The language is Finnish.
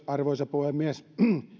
arvoisa puhemies